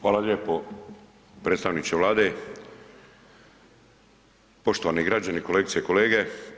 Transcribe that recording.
Hvala lijepo predstavniče Vlade, poštovani građani, kolegice i kolege.